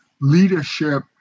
leadership